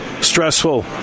stressful